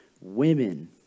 women